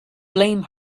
blame